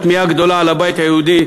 התמיהה הגדולה היא על הבית היהודי,